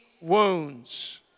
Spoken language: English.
wounds